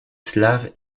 slaves